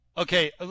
Okay